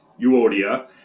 Euodia